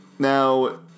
Now